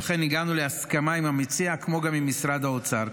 ולכן הגענו להסכמה עם המציע כמו גם עם משרד האוצר,